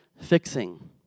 fixing